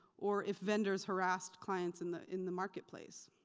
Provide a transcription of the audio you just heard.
or if vendors harassed clients in the in the marketplace.